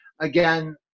again